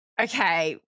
Okay